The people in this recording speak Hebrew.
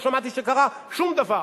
לא שמעתי שקרה שום דבר.